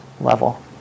level